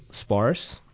sparse